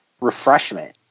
refreshment